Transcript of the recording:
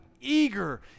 eager